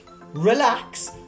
relax